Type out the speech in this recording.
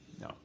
No